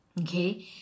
okay